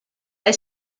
est